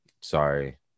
Sorry